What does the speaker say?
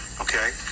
okay